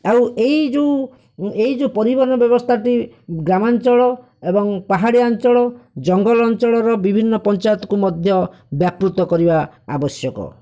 ଆଉ ଏହି ଯେଉଁ ଏହି ଯେଉଁ ପରିବହନ ବ୍ୟବସ୍ଥାଟି ଗ୍ରାମାଞ୍ଚଳ ଏବଂ ପାହାଡ଼ିଆ ଅଞ୍ଚଳ ଜଙ୍ଗଲ ଅଞ୍ଚଳର ବିଭିନ୍ନ ପଞ୍ଚାୟତକୁ ମଧ୍ୟ ବ୍ୟାପୃତ କରିବା ଆବଶ୍ୟକ